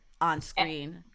on-screen